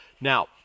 Now